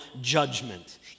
judgment